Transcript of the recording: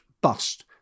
bust